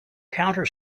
counter